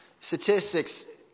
Statistics